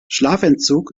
schlafentzug